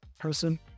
person